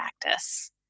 practice